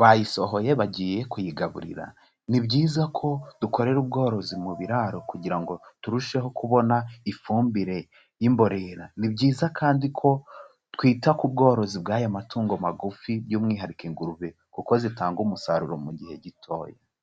bayisohoye bagiye kuyigaburira, ni byiza ko dukorera ubworozi mu biraro kugira ngo turusheho kubona ifumbire y'imborera, ni byiza kandi ko twita ku bworozi bw'aya matungo magufi by'umwihariko ingurube kuko zitanga umusaruro mu gihe gitoya.